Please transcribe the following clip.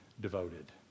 devoted